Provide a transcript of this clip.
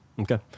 Okay